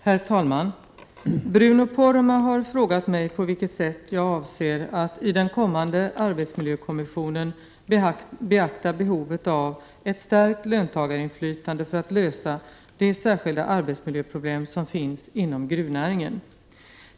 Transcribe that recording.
Herr talman! Bruno Poromaa har frågat mig på vilket sätt jag avser att i den kommande arbetsmiljökommissionen beakta behovet av ett stärkt löntagarinflytande för att lösa de särskilda arbetsmiljöproblem som finns inom gruvnäringen.